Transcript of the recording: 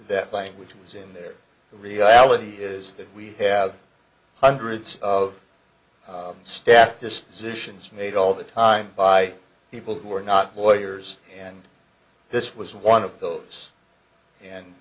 that language was in there the reality is that we have hundreds of step dispositions made all the time by people who are not lawyers and this was one of those and